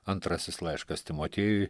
antrasis laiškas timotiejui